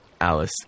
alice